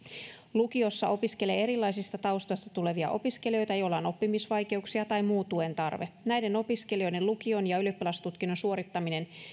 lukiossa opiskelee erilaisista taustoista tulevia opiskelijoita joilla on oppimisvaikeuksia tai muun tuen tarve näiden opiskelijoiden lukion ja ylioppilastutkinnon suorittaminen